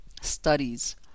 studies